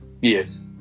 Yes